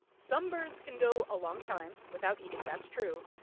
some birds can go a long time without eating that's true.